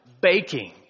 baking